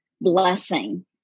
blessing